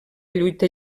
lluita